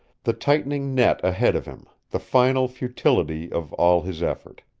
the tightening net ahead of him, the final futility of all his effort.